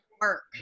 work